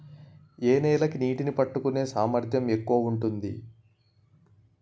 ఏ నేల కి నీటినీ పట్టుకునే సామర్థ్యం ఎక్కువ ఉంటుంది?